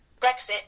Brexit